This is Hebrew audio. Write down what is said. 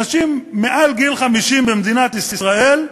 אנשים מעל גיל 50 במדינת ישראל,